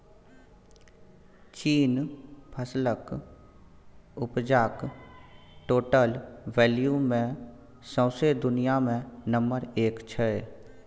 चीन फसलक उपजाक टोटल वैल्यू मे सौंसे दुनियाँ मे नंबर एक छै